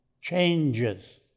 changes